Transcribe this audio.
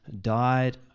died